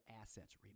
assets